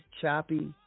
choppy